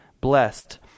blessed